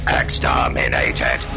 exterminated